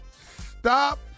Stop